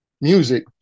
music